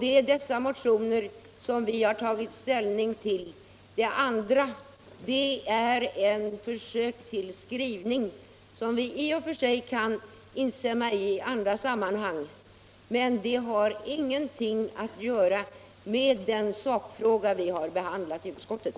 Det är dessa motioner som vi har tagit ställning till. Det andra är ett försök till skrivning som vi i och för sig kan instämma i i andra sammanhang. men det har ingenting att göra med den sakfråga som vi behandlat i utskottet.